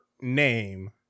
name